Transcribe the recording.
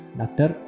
doctor